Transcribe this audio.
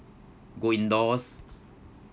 go indoors